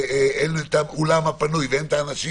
אין אולם פנוי ואין את האנשים